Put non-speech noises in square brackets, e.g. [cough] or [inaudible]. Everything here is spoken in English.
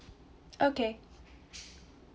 okay [noise]